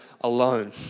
alone